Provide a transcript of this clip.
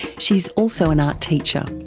she's also an art teacher.